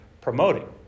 promoting